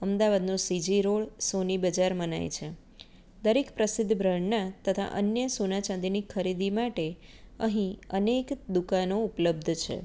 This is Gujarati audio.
અમદાવાદનું સીજી રોડ સોની બજાર મનાય છે દરેક પ્રસિદ્ધ બ્રાન્ડના તથા અન્ય સોના ચાંદીની ખરીદી માટે અહીં અનેક દુકાનો ઉપલબ્ધ છે